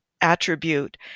attribute